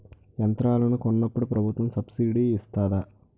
యంత్రాలను కొన్నప్పుడు ప్రభుత్వం సబ్ స్సిడీ ఇస్తాధా?